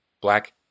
black